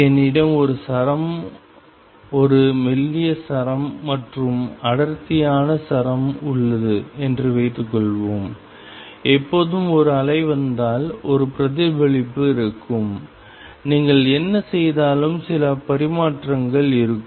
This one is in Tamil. என்னிடம் ஒரு சரம் ஒரு மெல்லிய சரம் மற்றும் அடர்த்தியான சரம் உள்ளது என்று வைத்துக்கொள்வோம் எப்போதும் ஒரு அலை வந்தால் ஒரு பிரதிபலிப்பு இருக்கும் நீங்கள் என்ன செய்தாலும் சில பரிமாற்றங்கள் இருக்கும்